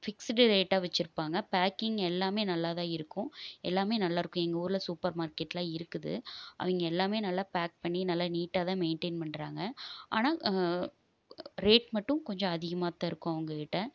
fixed ரேட்டாக வச்சிருப்பாங்க packing எல்லாமே நல்லா தான் இருக்கும் எல்லாமே நல்லாருக்கும் எங்கள் ஊரில் சூப்பர் மார்க்கெட்லாம் இருக்குது அவங்க எல்லாமே நல்லா பேக் பண்ணி நல்லா நீட்டாகதான் மெயின்டைன் பண்ணுறாங்க ஆனால் ரேட் மட்டும் கொஞ்சம் அதிகமாக தான் இருக்கும் அவங்ககிட்ட